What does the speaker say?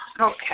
Okay